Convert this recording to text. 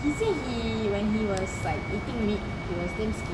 he say he when he was like eating meat he was damn skinny